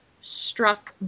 struck